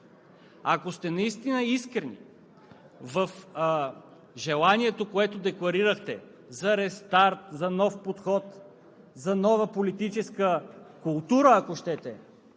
Ако сте наистина искрени в желанието, което декларирахте, за рестарт, за нов подход, за нова политическа култура, ако щете,